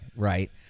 right